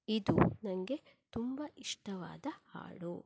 ಇದು ನನಗೆ ತುಂಬ ಇಷ್ಟವಾದ ಹಾಡು